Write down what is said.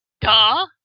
Duh